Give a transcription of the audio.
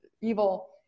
evil